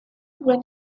when